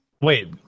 Wait